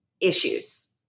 issues